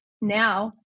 now